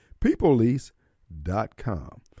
Peoplelease.com